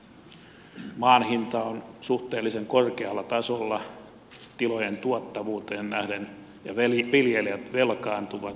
maan hinta on suhteellisen korkealla tasolla tilojen tuottavuuteen nähden ja viljelijät velkaantuvat